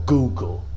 Google